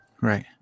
right